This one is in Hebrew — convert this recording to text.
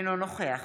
אינו נוכח